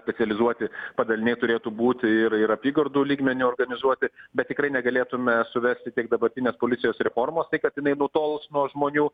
specializuoti padaliniai turėtų būti ir ir apygardų lygmeniu organizuoti bet tikrai negalėtume suversti tiek dabartinės policijos reformos tai kad jinai nutolus nuo žmonių